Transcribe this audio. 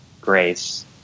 grace